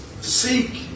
Seek